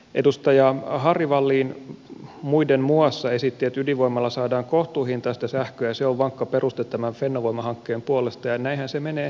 edustaja harry wallin muiden muassa esitti että ydinvoimalla saadaan kohtuuhintaista sähköä ja se on vankka peruste tämän fennovoima hankkeen puolesta ja näinhän se menee teoriassa